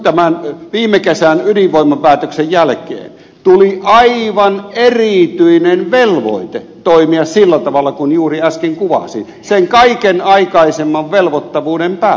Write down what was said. tämän viime kesän ydinvoimapäätöksen jälkeen tuli aivan erityinen velvoite toimia sillä tavalla kuin juuri äsken kuvasin sen kaiken aikaisemman velvoittavuuden päälle